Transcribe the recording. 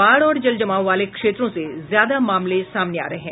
बाढ़ और जल जमाव वाले क्षेत्रों से ज्यादा मामले सामने आ रहे हैं